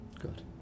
Good